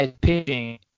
pitching